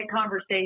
conversation